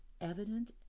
evident